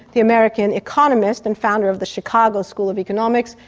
the american economist and founder of the chicago school of economics,